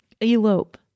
Elope